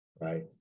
Right